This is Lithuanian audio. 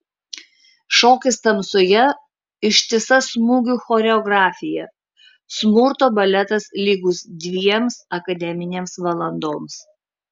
šokis tamsoje ištisa smūgių choreografija smurto baletas lygus dviems akademinėms valandoms